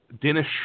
Dennis